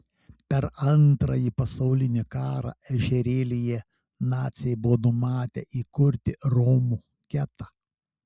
per antrąjį pasaulinį karą ežerėlyje naciai buvo numatę įkurti romų getą